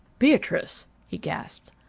beatrice! he gasped.